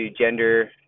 gender